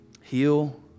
heal